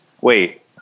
wait